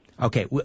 Okay